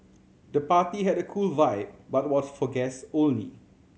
the party had a cool vibe but was for guests only